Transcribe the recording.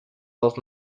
dos